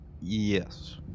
Yes